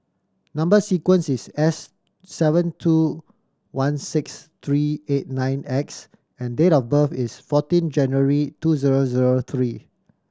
number sequence is S seven two one six three eight nine X and date of birth is fourteen January two zero zero three